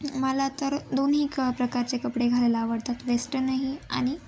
मला तर दोन्ही क प्रकारचे कपडे घालायला आवडतात वेस्टनही आणि